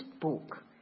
book